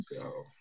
go